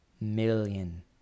million